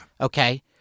Okay